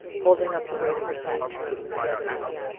holding up the weight of her satin train with the other hand.